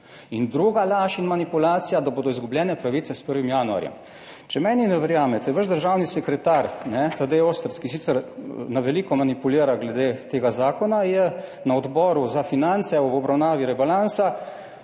Druga laž in manipulacija je, da bodo pravice izgubljene s 1. januarjem. Če meni ne verjamete, državni sekretar Tadej Ostrc, ki sicer na veliko manipulira glede tega zakona, je na Odboru za finance ob obravnavi rebalansa